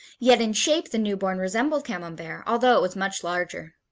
yet in shape the newborn resembled camembert, although it was much larger.